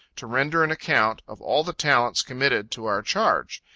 to render an account of all the talents committed to our charge.